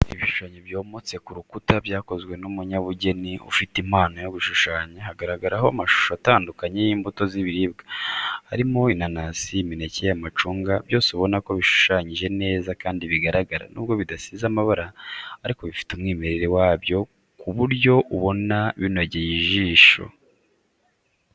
Ibisushanyo byometse ku rukuta byakozwe n'umunyabugeni ufite impano yo gushushanya, hagaragaraho amashusho atandukanye y'imbuto ziribwa, harimo inanasi, imineke, amacunga byose ubona ko bishushanyije neza kandi bigaragara. Nubwo bidasize amabara ariko bifite umwimere wabyo ku buryo ubona binogeye ijisho.